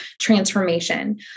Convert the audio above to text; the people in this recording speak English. transformation